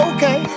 Okay